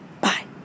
Bye